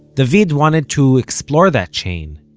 david wanted to explore that chain,